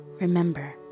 remember